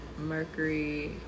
Mercury